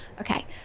okay